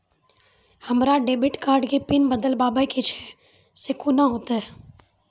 हमरा debit card के PIN बदलबावै के छैं से कौन होतै?